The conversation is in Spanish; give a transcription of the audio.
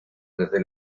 desde